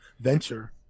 venture